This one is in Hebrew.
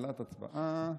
מוכנים להצבעה?